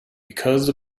because